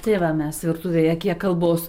tai va mes virtuvėje kiek kalbos